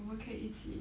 我们可以一起